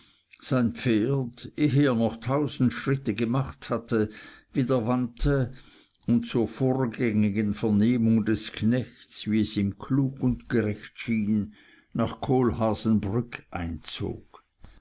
sein pferd ehe er noch tausend schritt gemacht hatte wieder wandte und zur vorgängigen vernehmung des knechts wie es ihm klug und gerecht schien nach kohlhaasenbrück einbog